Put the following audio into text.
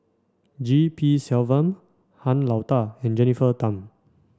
G P Selvam Han Lao Da and Jennifer Tham